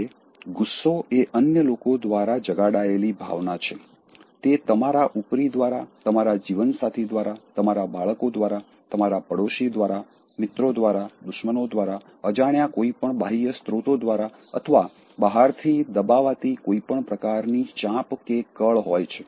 હવે ગુસ્સો એ અન્ય લોકો દ્વારા જગાડાયેલી ભાવના છે તે તમારા ઉપરી દ્વારા તમારા જીવનસાથી દ્વારા તમારા બાળકો દ્વારા તમારા પાડોશી દ્વારા મિત્રો દ્વારા દુશ્મનો દ્વારા અજાણ્યા કોઈપણ બાહ્ય સ્રોતો દ્વારા અથવા બહારથી દબાવાતી કોઈપણ પ્રકારની ચાંપકળ હોય છે